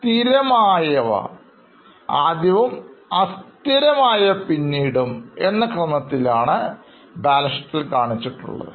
സ്ഥിരം ആയവ ആദ്യവും അസ്ഥിരമായവ പിന്നീടും എന്ന ക്രമത്തിലാണ് ഇതിനെതിരെ കാണിച്ചിട്ടുള്ളത്